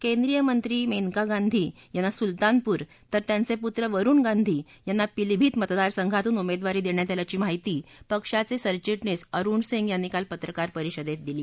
केंद्रीय मंत्री मेनका गांधी यांना सुलतानपूर तर त्यांचे पुत्र वरुण गांधी यांना पिलीभीत मतदार संघातून उमेदवारी देण्यात आल्याची माहिती पक्षाचे सरचिटणीस अरुण सिंग यांनी काल पत्रकार परिषदेत सांगितलं